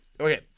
Okay